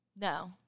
No